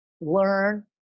learn